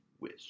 Wish